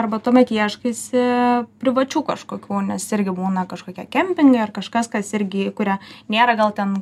arba tuomet ieškaisi privačių kažkokių nes irgi būna kažkokie kempingai ar kažkas kas irgi įkuria nėra gal ten